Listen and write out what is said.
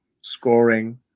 scoring